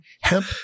hemp